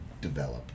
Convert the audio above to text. develop